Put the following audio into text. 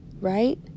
right